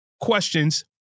questions